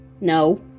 No